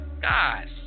Guys